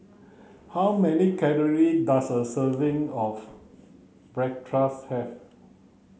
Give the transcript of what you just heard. how many calories does a serving of Bratwurst have